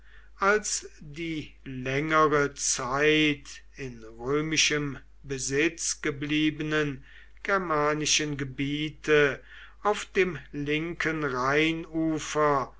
als die längere zeit in römischem besitz gebliebenen germanischen gebiete auf dem linken rheinufer